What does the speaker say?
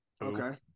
Okay